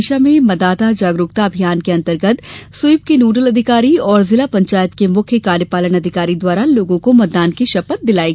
विदिशा में मतदाता जागरूकता अभियान के अंतर्गत स्वीप के नोडल अधिकारी और जिला पंचायत के मुख्य कार्यपालन अधिकारी द्वारा लोगों को मतदान की शपथ दिलायी